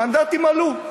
המנדטים עלו,